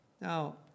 Now